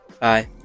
Bye